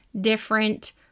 different